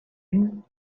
him